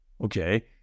Okay